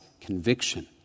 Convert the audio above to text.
conviction